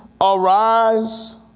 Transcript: arise